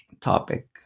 topic